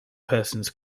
persons